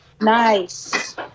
Nice